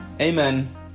amen